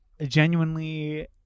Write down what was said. genuinely